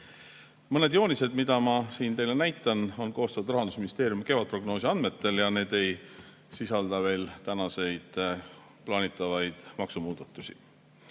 Mõned joonised, mida ma siin teile näitan, on koostatud Rahandusministeeriumi kevadprognoosi andmetel ja need ei sisalda veel tänaseid plaanitavaid maksumuudatusi.